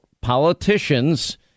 politicians